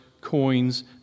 coins